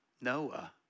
Noah